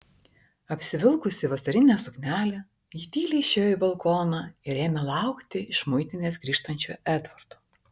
apsivilkusi vasarinę suknelę ji tyliai išėjo balkoną ir ėmė laukti iš muitinės grįžtančio edvardo